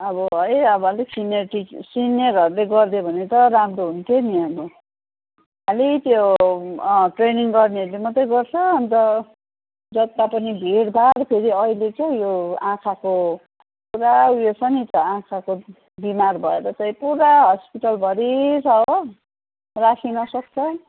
अब है अब अलिक सिनियर टि सिनियरहरूले गरिदियो भने त राम्रो हुन्थ्यो नि अब खालि त्यो ट्रेनिङ गर्नेहरूले मात्रै गर्छ अन्त जता पनि भिडभाड फेरि अहिले चाहिँ यो आँखाको पुरा ऊ यो छ नि त आँखाको बिमार भएर चाहिँ पुरा हस्पिटलभरि छ हो राखिनसक छ